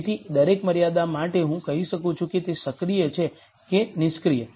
તેથી દરેક મર્યાદા માટે હું કહી શકું છું કે તે સક્રિય છે કે નિષ્ક્રિય